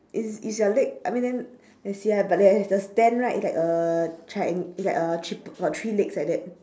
is is your leg I mean then let's see ah but like have the stand right it's like a triang~ it's like a trip~ t~ got three legs like that